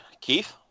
Keith